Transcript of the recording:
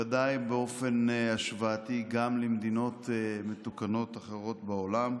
ודאי באופן השוואתי גם למדינות מתוקנות אחרות בעולם.